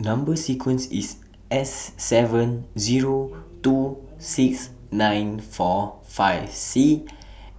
Number sequence IS S seven Zero two six nine four five C